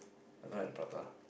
I don't like the prata